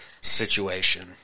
situation